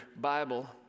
Bible